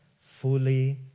fully